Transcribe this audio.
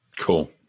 Cool